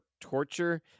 torture